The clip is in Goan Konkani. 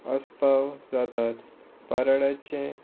अस्पाव जाता पराडाचें